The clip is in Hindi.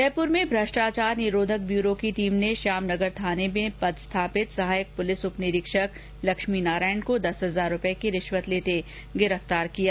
जयपुर में भ्रष्टाचार निरोधक ब्यूरो की टीम ने श्याम नगर थाने में पदस्थापित सहायक पुलिस उपनिरीक्षक लक्ष्मीनारायण को दस हजार रुपये की रिश्वत लेते गिरफ्तार कर लिया